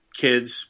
kids